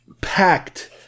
packed